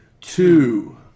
Two